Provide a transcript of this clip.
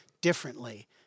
differently